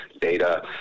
data